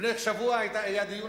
לפני שבוע היה דיון,